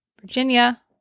Virginia